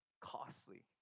costly